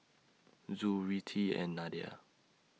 Zul Rizqi and Nadia